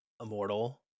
Immortal